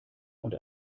und